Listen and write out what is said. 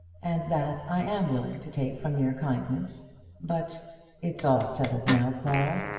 and that i am willing to take from your kindness but it's all settled now, clara.